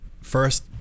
first